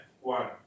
one